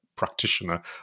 practitioner